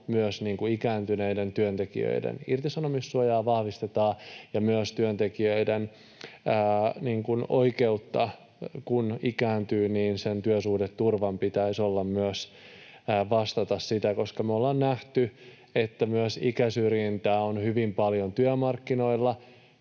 myös ikääntyneiden työntekijöiden irtisanomissuojaa vahvistetaan ja myös työntekijöiden oikeutta... Kun ikääntyy, niin sen työsuhdeturvan pitäisi myös vastata sitä, koska me ollaan nähty, että myös ikäsyrjintää on hyvin paljon työmarkkinoilla.